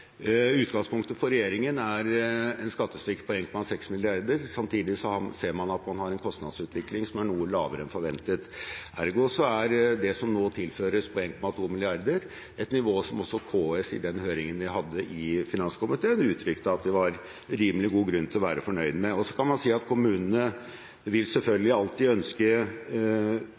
Utgangspunktet for regjeringen er en skattesvikt på 1,6 mrd. kr. Samtidig ser man at man har en kostnadsutvikling som er noe lavere enn forventet – ergo er det som nå tilføres på 1,2 mrd. kr, et nivå som også KS i den høringen vi hadde i finanskomiteen, uttrykte at det var rimelig god grunn til å være fornøyd med. Så kan man si at kommunene selvfølgelig alltid vil